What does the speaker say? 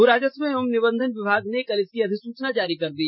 भू राजस्व एवं निबंधन विभाग ने कल इसकी अधिसुचना जारी कर दी